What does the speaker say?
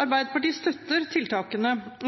Arbeiderpartiet støtter